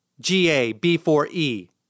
G-A-B-4-E